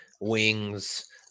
Wings